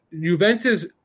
Juventus